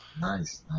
Nice